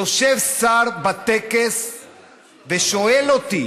יושב שר בטקס ושואל אותי: